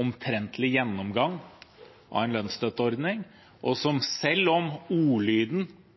omtrentlig gjennomgang av en lønnsstøtteordning. Og selv om ordlyden